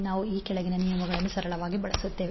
ನಾವು ಈ ಕೆಳಗಿನ ನಿಯಮಗಳನ್ನು ಸರಳವಾಗಿ ಬಳಸುತ್ತೇವೆ